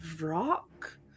rock